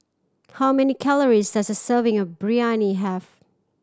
how many calories does a serving of Biryani have